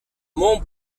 mon